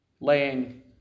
laying